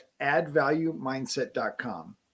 addvaluemindset.com